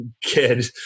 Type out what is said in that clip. kid